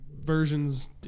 versions